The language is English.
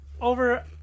over